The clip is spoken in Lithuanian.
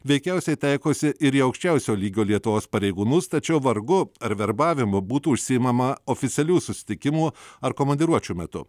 veikiausiai taikosi ir į aukščiausio lygio lietuvos pareigūnus tačiau vargu ar verbavimu būtų užsiimama oficialių susitikimų ar komandiruočių metu